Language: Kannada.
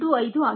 85 ಆಗಿತ್ತು